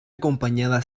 acompañada